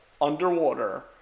underwater